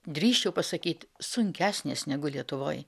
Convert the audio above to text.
drįsčiau pasakyt sunkesnės negu lietuvoj